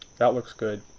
that looks good.